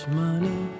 money